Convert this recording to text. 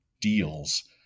deals